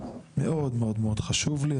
מאוד מאוד חשוב לי,